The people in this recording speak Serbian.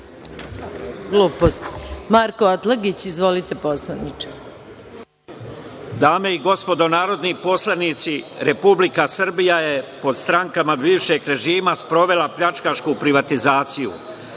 Marko Atlagić. **Marko Atlagić** Dame i gospodo narodni poslanici, Republika Srbija je pod strankama bivšeg režima sprovela pljačkašku privatizaciju.